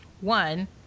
One